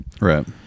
Right